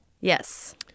Yes